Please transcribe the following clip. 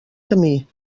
camí